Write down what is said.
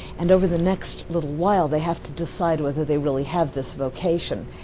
and over the next little while they have to decide whether they really have this vocation,